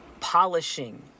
polishing